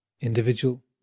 individual